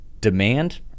demand